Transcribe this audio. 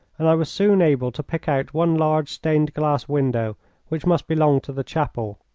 and i was soon able to pick out one large stained-glass window which must belong to the chapel.